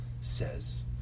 says